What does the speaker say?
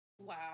Wow